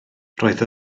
roedd